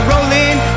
Rolling